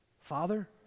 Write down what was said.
Father